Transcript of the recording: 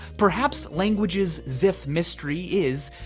perhaps languages' zipf mystery is,